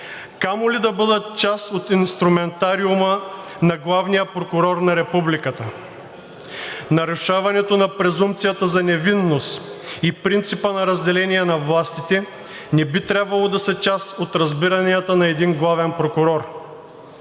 камо ли да бъдат част от инструментариума на главния прокурор на Републиката. Нарушаването на презумпцията за невинност и принципа на разделение на властите не би трябвало да са част от разбиранията на един главен прокурор.